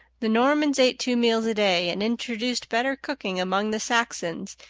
the normans ate two meals a day, and introduced better cooking among the saxons,